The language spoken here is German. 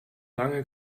lange